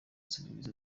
serivisi